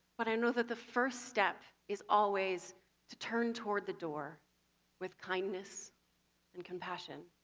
but i know that the first step is always to turn toward the door with kindness and compassion.